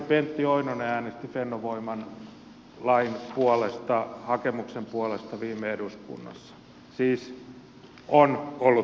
pentti oinonen äänesti fennovoiman hakemuksen puolesta viime eduskunnassa siis on ollut perussuomalaisia